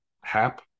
Hap